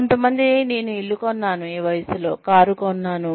కొంతమంది ఈ వయస్సులో నేను ఇల్లు కొన్నాను కారు కొన్నాను